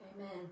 Amen